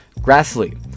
Grassley